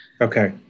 okay